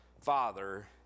father